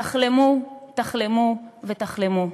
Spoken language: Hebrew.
תחלמו, תחלמו ותחלמו.